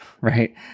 Right